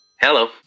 Hello